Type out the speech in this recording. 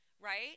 right